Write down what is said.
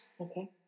Okay